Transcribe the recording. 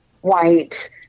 white